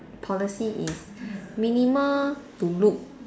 policy is minimal to look